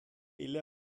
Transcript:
ile